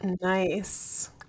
Nice